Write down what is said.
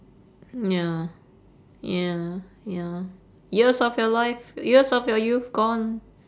ya ya ya years of your life years of your youth gone